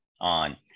on